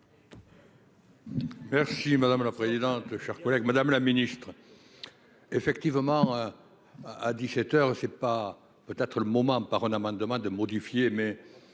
Merci madame la présidente, chers collègues, Madame la Ministre, effectivement, à 17 heures, je ne sais pas, peut être le moment par un amendement de modifier, mais